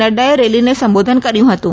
નડૃાએ રેલીને સંબોધન કર્યુ હતું